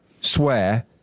swear